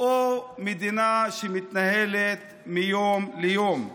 או מדינה שמתנהלת מיום ליום.